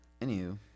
Anywho